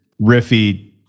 riffy